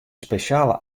spesjale